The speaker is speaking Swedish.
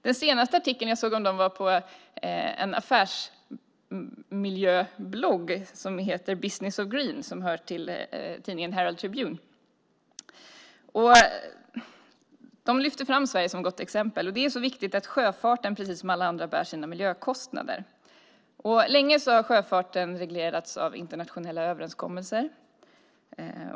Den senaste artikeln jag såg om dem såg jag på en affärsmiljöblogg som heter Business of Green, som hör till tidningen Herald Tribune. De lyfter fram Sverige som ett gott exempel, och det är viktigt att sjöfarten, precis som alla andra, bär sina miljökostnader. Sjöfarten har länge reglerats av internationella överenskommelser.